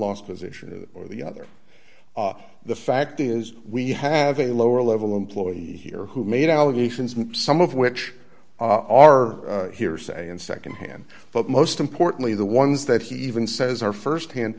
last position or the other the fact is we have a lower level employee here who made allegations some of which are hearsay and secondhand but most importantly the ones that he even says are firsthand